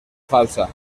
falsa